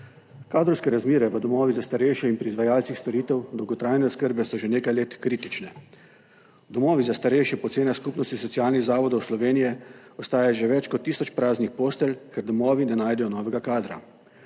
Kadrovske razmere v domovih za starejše in pri izvajalcih storitev dolgotrajne oskrbe so že nekaj let kritične. V domovih za starejše po ocenah Skupnosti socialnih zavodov Slovenije ostaja že več kot tisoč praznih postelj, ker domovi ne najdejo novega kadra.